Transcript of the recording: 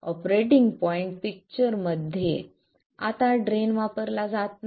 operating point picture मध्ये आता drain वापरला जात नाही